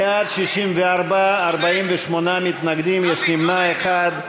בעד, 64, 48 מתנגדים, יש נמנע אחד.